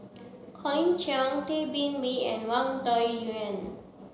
Colin Cheong Tay Bin Wee and Wang Dayuan